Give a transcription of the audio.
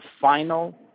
final